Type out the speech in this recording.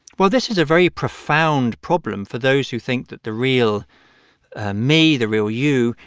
well, this is a very profound problem for those who think that the real ah me, the real you,